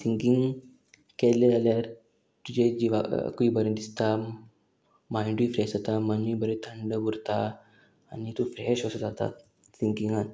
singing केल्लें जाल्यार तुजें जिवाकूय बरें दिसता मायंडूय फ्रेश जाता मनूय बरें थंड उरता आनी तूं फ्रेश असो जाता सिंगिंगाक